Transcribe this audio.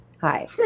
Hi